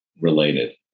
related